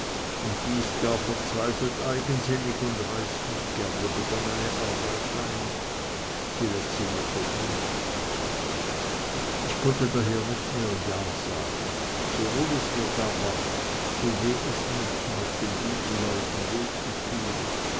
und die ist gar verzweifelt eigensinnig und reißt nicht gerne begonnene arbeit ein sie läßt sie nur zertrümmern ich konnte daher nicht mehr ja sagen so wohl es mir da ward so weh es mir tat den guten leuten weh zu tun